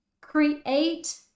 create